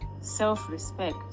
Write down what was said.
self-respect